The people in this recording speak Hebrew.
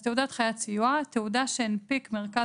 ״תעודת חיית סיוע״ - תעודה שהנפיק מרכז